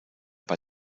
bei